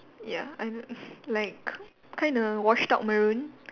ya I like kinda washed out maroon